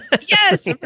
Yes